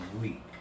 week